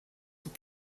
were